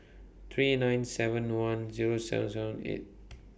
three nine seven one Zero seven seven eight